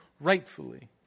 rightfully